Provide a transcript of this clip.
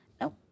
Nope